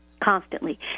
constantly